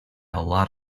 lot